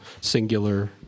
singular